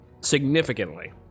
significantly